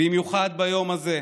במיוחד ביום הזה,